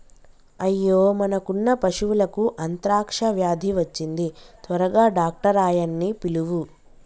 అయ్యో మనకున్న పశువులకు అంత్రాక్ష వ్యాధి వచ్చింది త్వరగా డాక్టర్ ఆయ్యన్నీ పిలువు